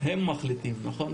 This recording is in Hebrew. הם מחליטים, נכון?